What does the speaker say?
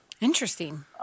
interesting